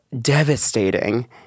devastating